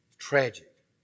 tragic